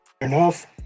enough